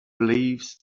beliefs